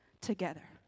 together